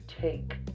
take